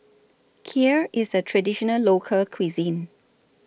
Kheer IS A Traditional Local Cuisine